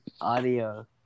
Audio